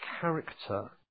character